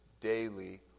daily